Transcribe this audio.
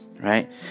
right